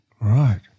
Right